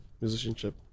musicianship